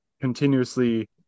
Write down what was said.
continuously